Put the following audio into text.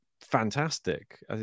Fantastic